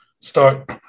start